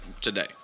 today